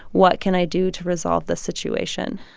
what can i do to resolve this situation?